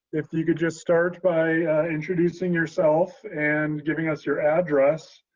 if you could just start by introducing yourself and giving us your address,